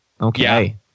okay